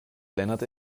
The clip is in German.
lennart